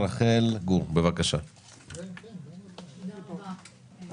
הדבר שאני רוצה לבקש הוא מה שנאמר פה ושאני